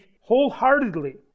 wholeheartedly